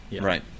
right